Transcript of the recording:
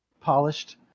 polished